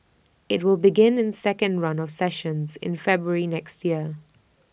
IT will begin in second run of sessions in February next year